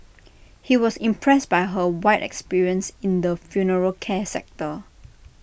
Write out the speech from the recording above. he was impressed by her wide experience in the funeral care sector